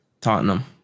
Tottenham